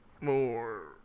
more